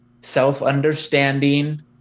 self-understanding